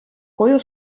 koju